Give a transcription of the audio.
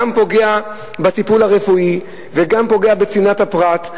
גם פוגע בטיפול הרפואי וגם פוגע בצנעת הפרט,